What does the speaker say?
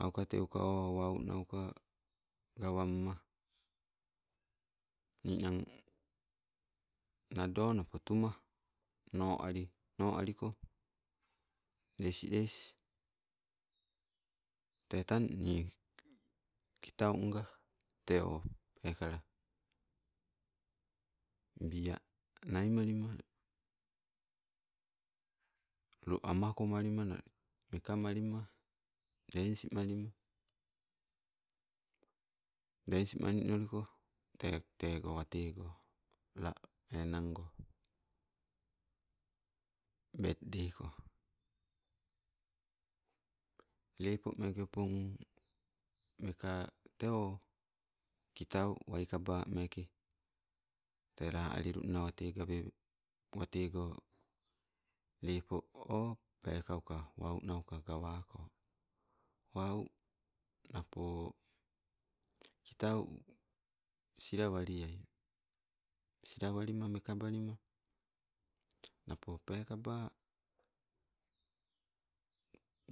Aukateuka o waunauka gawamma, ninang nado napo tuma, no ali no aliko, lesles, tee tang nii kitaunga tee o peekala, bia naimalima. Lo amakomalima meka malima, dens malima, dens malilinoliko te, tego watego la enango, betdei ko. Lepo meke opon, meka tee o, kitau waikabameke, tee la alilunna wate, gawe, watego lepo o, pekauka wau nauka gawako. Wau napo kitan silawalia, silawalima mekabalima napo pekaba,